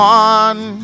one